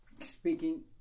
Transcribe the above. speaking